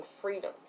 freedom